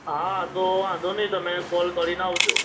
હા તો વાંધો નહીં તમે કોલ કરીને આવજો